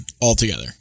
altogether